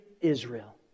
Israel